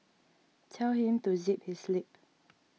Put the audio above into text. tell him to zip his lip